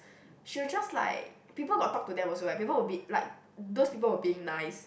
she will just like people got talk to them also leh people were be like those people were being nice